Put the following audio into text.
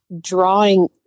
drawing